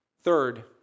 Third